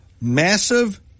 Massive